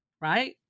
right